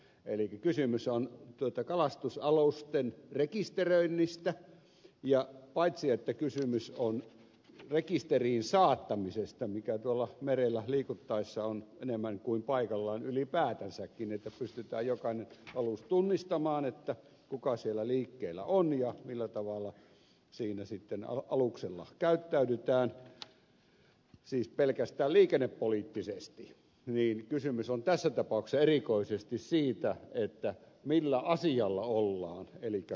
elikkä kysymys on kalastusalusten rekisteröinnistä ja paitsi että kysymys on rekisteriin saattamisesta mikä tuolla merellä liikuttaessa on enemmän kuin paikallaan ylipäätänsäkin että pystytään jokainen alus tunnistamaan että kuka siellä liikkeellä on ja millä tavalla siinä aluksella sitten käyttäydytään siis pelkästään liikennepoliittisesti niin kysymys on tässä tapauksessa erikoisesti siitä millä asialla ollaan elikkä kalastamassa